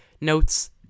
notes